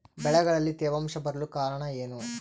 ಬೆಳೆಗಳಲ್ಲಿ ತೇವಾಂಶ ಬರಲು ಕಾರಣ ಏನು?